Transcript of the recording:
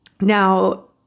Now